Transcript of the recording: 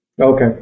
Okay